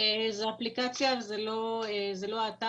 זאת אפליקציה, זה לא האתר.